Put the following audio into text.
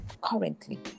currently